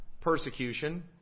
Persecution